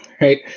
right